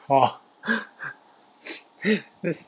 !wah! that's